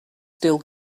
still